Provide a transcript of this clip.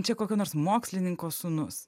čia kokio nors mokslininko sūnus